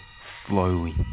slowly